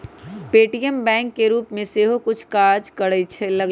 Paytm bank के रूप में सेहो कुछ काज करे लगलै ह